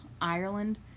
Ireland